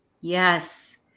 Yes